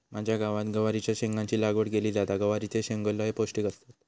माझ्या गावात गवारीच्या शेंगाची लागवड केली जाता, गवारीचे शेंगो लय पौष्टिक असतत